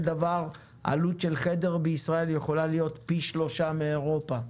דבר עלות של חדר בישראל יכולה להיות פי שלושה מאירופה?